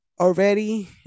already